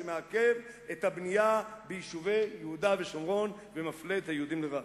שמעכב את הבנייה ביישובי יהודה ושומרון ומפלה את היהודים לרעה.